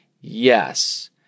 Yes